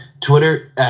Twitter –